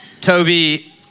Toby